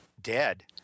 dead